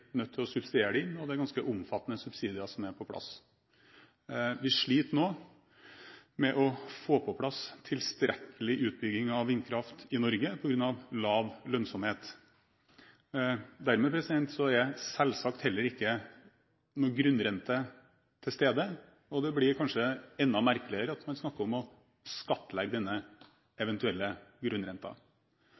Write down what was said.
nødt til å subsidiere hvis vi skal få det på plass, og det er ganske omfattende subsidier. Vi sliter nå med å få på plass tilstrekkelig utbygging av vindkraft i Norge på grunn av lav lønnsomhet. Dermed er det selvsagt heller ikke noen grunnrente til stede, og da blir det kanskje enda merkeligere at man snakker om å skattlegge denne eventuelle